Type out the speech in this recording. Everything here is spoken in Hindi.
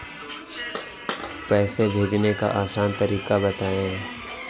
पैसे भेजने का आसान तरीका बताए?